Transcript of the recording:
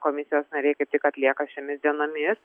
komisijos nariai kaip tik atlieka šiomis dienomis